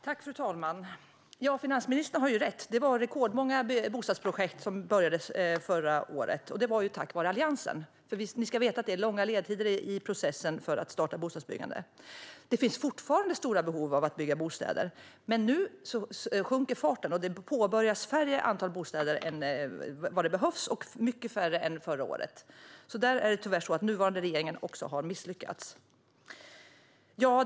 Fru talman! Finansministern har rätt; det var rekordmånga bostadsprojekt som påbörjades förra året. Det var ju tack vare Alliansen, för ni ska veta att det är långa ledtider i processen för att starta bostadsbyggande. Det finns fortfarande stora behov av att bygga bostäder, men nu sjunker takten. Man påbörjar färre bostäder än vad som behövs, och det är mycket färre än förra året. Tyvärr har den nuvarande regeringen alltså misslyckats där.